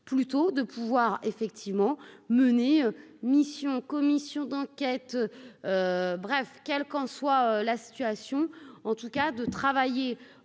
plutôt de pouvoir effectivement menées mission commission d'enquête, bref, quel qu'en soit la situation, en tout cas de travailler